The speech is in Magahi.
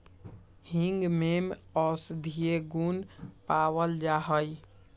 हींग में औषधीय गुण पावल जाहई